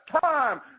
time